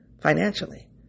financially